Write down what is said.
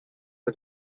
for